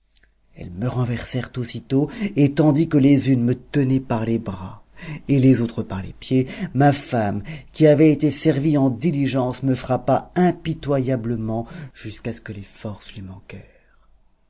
elles me renversèrent aussitôt et tandis que les unes me tenaient par les bras et les autres par les pieds ma femme qui avait été servie en diligence me frappa impitoyablement jusqu'à ce que les forces lui manquèrent